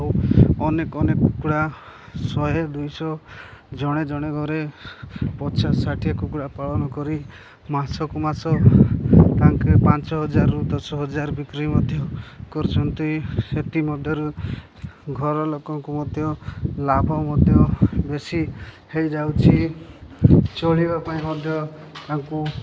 ଆଉ ଅନେକ ଅନେକ କୁକୁଡ଼ା ଶହେ ଦୁଇଶହ ଜଣେ ଜଣେ ଘରେ ପଚାଶ ଷାଠିଏ କୁକୁଡ଼ା ପାଳନ କରି ମାସକୁ ମାସ ତାଙ୍କେ ପାଞ୍ଚ ହଜାରରୁ ଦଶ ହଜାର ବିକ୍ରି ମଧ୍ୟ କରୁଛନ୍ତି ସେଥିମଧ୍ୟରୁ ଘରଲୋକଙ୍କୁ ମଧ୍ୟ ଲାଭ ମଧ୍ୟ ବେଶୀ ହୋଇଯାଉଛି ଚଳିବା ପାଇଁ ମଧ୍ୟ ତାଙ୍କୁ